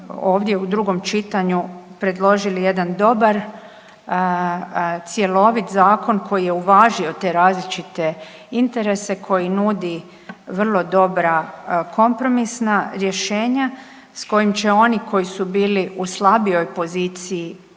u drugom čitanju predložili jedan dobar, cjelovit zakon koji je uvažio te različite interese koji nudi vrlo dobra kompromisna rješenja s kojim će oni koji su bili u slabijoj poziciji